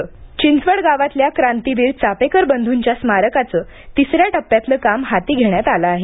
चापेकर स्मारक चिंचवडगावातल्या क्रांतीवीर चापेकर बंधूच्या स्मारकाचं तिसऱ्या टप्प्यातलं काम हाती घेण्यात आलं आहे